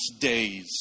days